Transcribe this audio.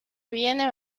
viene